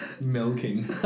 milking